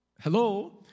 Hello